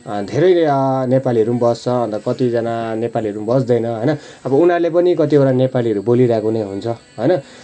धेरै नै नेपालीहरू बस्छ अन्त कतिजना नेपालीहरू बस्दैन होइन अब उनीहरूले पनि कतिवटा नेपालीहरू बोलीरहेको नै हुन्छ होइन